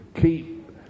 keep